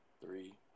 Three